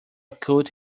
cult